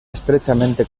estrechamente